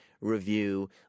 review